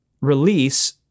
release